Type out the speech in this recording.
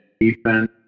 defense